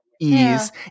ease